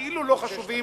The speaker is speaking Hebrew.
הכאילו לא חשובים,